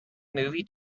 movie